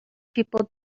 people